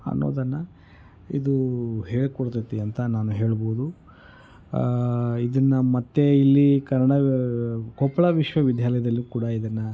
ಅನ್ನೋದನ್ನು ಇದು ಹೇಳಿಕೊಡ್ತತಿ ಅಂತ ನಾನು ಹೇಳ್ಬೋದು ಇದನ್ನು ಮತ್ತು ಇಲ್ಲಿ ಕನ್ನಡ ಕೊಪ್ಪಳ ವಿಶ್ವವಿದ್ಯಾಲಯದಲ್ಲೂ ಕೂಡ ಇದನ್ನು